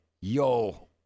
yo